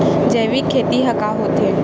जैविक खेती ह का होथे?